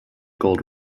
gold